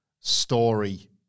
story